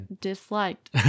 disliked